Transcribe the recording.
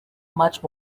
much